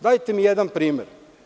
Dajte mi jedan primer.